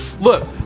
Look